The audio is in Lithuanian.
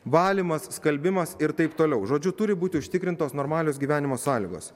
valymas skalbimas ir taip toliau žodžiu turi būti užtikrintos normalios gyvenimo sąlygos